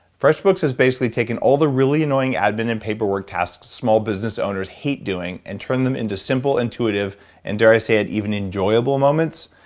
freshbooks has basically taken all the really annoying admin and paperwork tasks small business owners hate doing and turn them into simple intuitive and dare i say it even enjoyable moments.